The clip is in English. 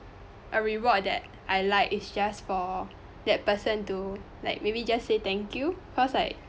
a reward that I like is just for that person to like maybe just say thank you cause like